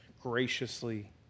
graciously